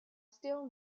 still